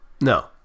No